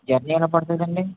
journey ఎలా పడుతుందండి